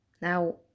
Now